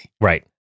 Right